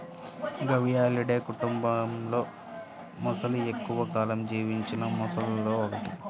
గవియాలిడే కుటుంబంలోమొసలి ఎక్కువ కాలం జీవించిన మొసళ్లలో ఒకటి